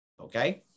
Okay